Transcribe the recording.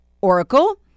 Oracle